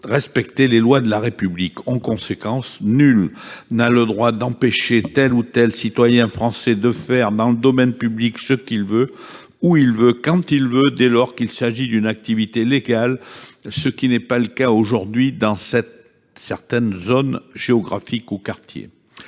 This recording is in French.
respecter les lois de la République. En conséquence, nul n'a le doit d'empêcher tel ou tel citoyen français de faire, dans le domaine public, ce qu'il veut, où il veut, quand il veut, dès lors qu'il s'agit d'une activité légale. Or cela n'est plus le cas aujourd'hui dans certaines zones géographiques ou certains